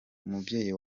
umubyeyi